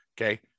okay